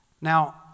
Now